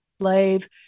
slave